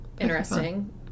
interesting